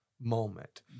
moment